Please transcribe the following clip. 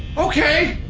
okay!